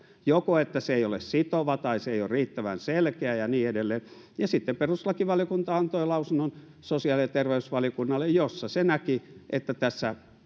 joko se että se ei ole sitova tai se että se ei ole riittävän selkeä ja niin edelleen ja sitten perustuslakivaliokunta antoi sosiaali ja terveysvaliokunnalle lausunnon jossa se näki että tässä